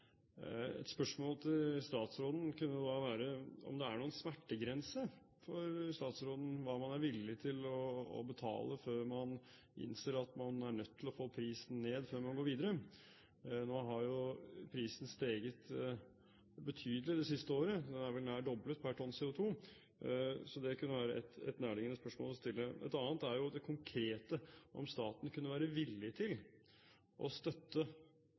Et spørsmål til statsråden kunne da være om det er noen smertegrense for statsråden for hva man er villig til å betale før man innser at man er nødt til å få prisen ned før man går videre. Nå har jo prisen steget betydelig det siste året. Den er vel nær doblet per tonn CO2, så det kunne være et nærliggende spørsmål å stille. Et annet er jo det konkrete, om staten kunne være villig til å støtte